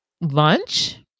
lunch